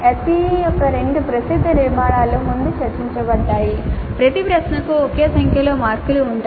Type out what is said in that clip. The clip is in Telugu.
SEE యొక్క రెండు ప్రసిద్ధ నిర్మాణాలు ముందు చర్చించబడ్డాయి ప్రతి ప్రశ్నకు ఒకే సంఖ్యలో మార్కులు ఉంటాయి